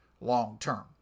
long-term